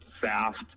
fast